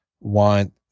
want